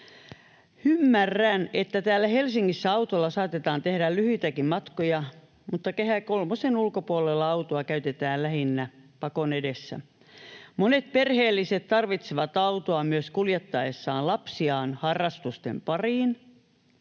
Ymmärrän, että täällä Helsingissä autolla saatetaan tehdä lyhyitäkin matkoja, mutta Kehä kolmosen ulkopuolella autoa käytetään lähinnä pakon edessä. Monet perheelliset tarvitsevat autoa myös kuljettaessaan lapsiaan harrastusten pariin,